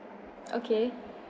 okay